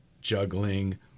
juggling